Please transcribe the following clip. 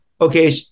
okay